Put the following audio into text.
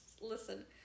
listen